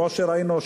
כמו שראינו,